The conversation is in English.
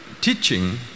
teaching